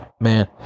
man